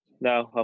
No